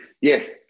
yes